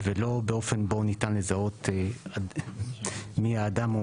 ולא באופן בו ניתן לזהות מי האדם או